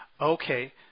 Okay